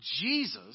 Jesus